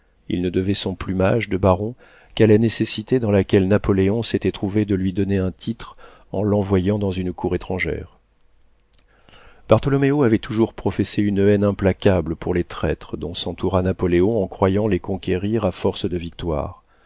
il ne devait son plumage de baron qu'à la nécessité dans laquelle napoléon s'était trouvé de lui donner un titre en l'envoyant dans une cour étrangère bartholoméo avait toujours professé une haine implacable pour les traîtres dont s'entoura napoléon en croyant les conquérir à force de victoires